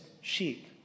sheep